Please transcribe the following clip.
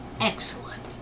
Excellent